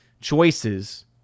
choices